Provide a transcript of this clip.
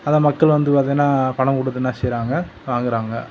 அதை மக்கள் வந்து பாத்திங்கன்னா பணம் கொடுத்து என்ன செய்கிறாங்க வாங்குகிறாங்க